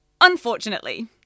unfortunately